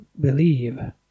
believe